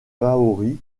maori